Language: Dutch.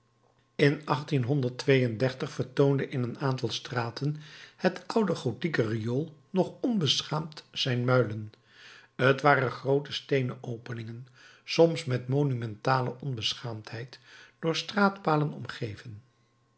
in vertoonde in een aantal straten het oude gothieke riool nog onbeschaamd zijn muilen t waren groote steenen openingen soms met monumentale onbeschaamdheid door straatpalen omgeven